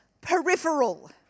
peripheral